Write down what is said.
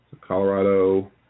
Colorado